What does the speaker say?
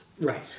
Right